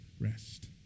rest